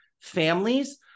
families